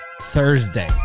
Thursday